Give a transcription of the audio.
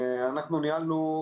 אנחנו ניהלנו,